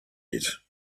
yet